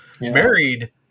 Married